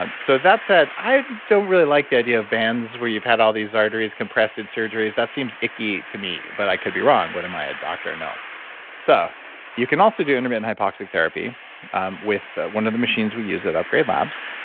ah so that's that. ah i don't really like the idea of bands where you've had all these arteries compressed in surgeries. that seems icky to me, but i could be wrong. what am i a doctor? no so you can also do intermittent hypoxic therapy with one of the machines we use it upgrade labs,